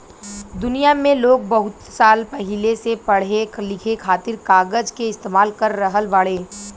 दुनिया में लोग बहुत साल पहिले से पढ़े लिखे खातिर कागज के इस्तेमाल कर रहल बाड़े